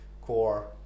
core